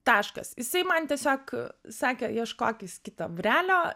taškas jisai man tiesiog sakė ieškokis kito būrelio